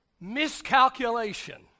Miscalculation